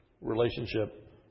relationship